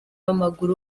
w’amaguru